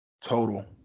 total